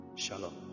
Shalom